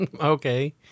Okay